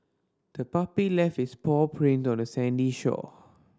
the puppy left its paw print on the sandy shore